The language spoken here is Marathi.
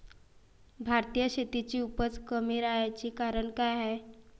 भारतीय शेतीची उपज कमी राहाची कारन का हाय?